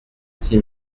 six